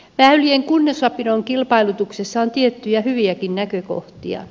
väylien kunnossapidon kilpailutuksessa on tiettyjä hyviäkin näkökohtia